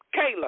Kayla